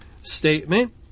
statement